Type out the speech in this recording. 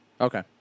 Okay